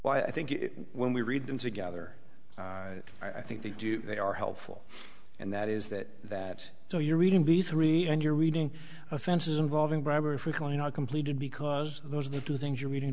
well i think when we read them together i think they do they are helpful and that is that that so you're reading be three and you're reading offenses involving bribery frequently not completed because those are the two things you're meeting